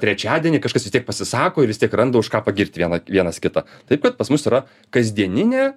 trečiadienį kažkas vis tiek pasisako ir vis tiek randa už ką pagirt vieną vienas kitą taip kad pas mus yra kasdieninė